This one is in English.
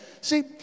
See